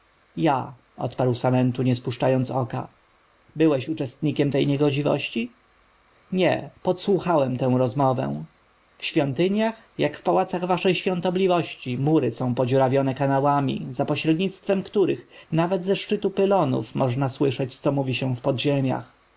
ja odparł samentu nie spuszczając oka byłeś uczestnikiem tej niegodziwości nie podsłuchałem tę umowę w świątyniach jak w pałacach waszej świątobliwości mury są podziurawione kanałami za pośrednictwem których nawet ze szczytu pylonów można słyszeć co mówi się w podziemiach